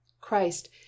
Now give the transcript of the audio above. Christ